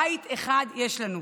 בית אחד יש לנו.